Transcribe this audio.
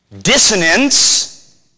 Dissonance